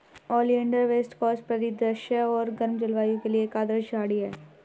oleander west coast परिदृश्य और गर्म जलवायु के लिए एक आदर्श झाड़ी है